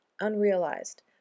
unrealized